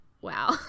wow